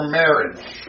marriage